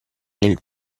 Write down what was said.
nel